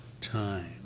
time